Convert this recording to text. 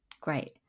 great